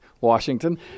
Washington